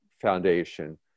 Foundation